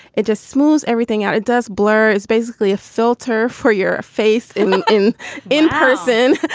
it just smooths everything out. it does blur. it's basically a filter for your faith in um in in person.